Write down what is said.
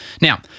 Now